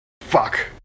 Fuck